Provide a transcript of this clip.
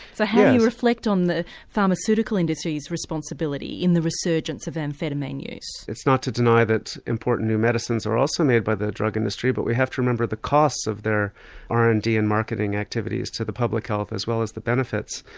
so how do you reflect on the pharmaceutical industry's responsibility in the resurgence of amphetamine use? it's not to deny that important new medicines are also made by the drug industry but we have to remember the cost of their r and d and marketing activities to the public health as well as the benefits.